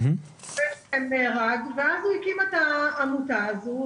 הבן שלהם נהרג ואז הוא הקים את העמותה הזאת,